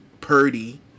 Purdy